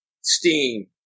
Steam